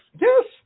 Yes